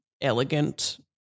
elegant